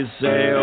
say